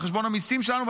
על חשבון המיסים שלנו,